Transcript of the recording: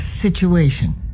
situation